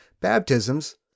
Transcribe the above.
Baptisms